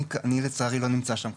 אני לצערי לא נמצא שם כרגע.